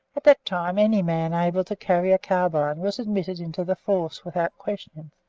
at that time any man able to carry a carbine was admitted into the force without question.